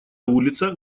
улица